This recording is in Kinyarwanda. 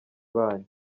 banyu